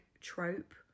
trope